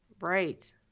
Right